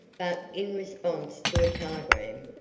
but in response to a telegram,